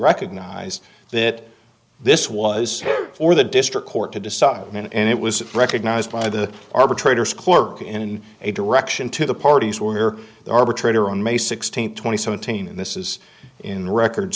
recognize that this was for the district court to decide and it was recognized by the arbitrator's clerk in a direction to the parties where the arbitrator on may sixteenth twenty summit team and this is in record